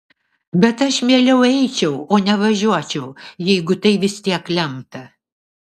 bet aš mieliau eičiau o ne važiuočiau jeigu tai vis tiek lemta